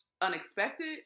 unexpected